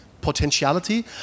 potentiality